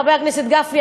חבר הכנסת גפני,